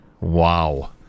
Wow